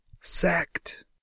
sacked